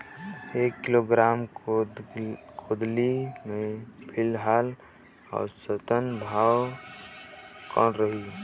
एक किलोग्राम गोंदली के फिलहाल औसतन भाव कौन रही?